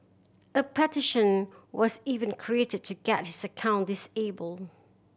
a petition was even created to get his account disabled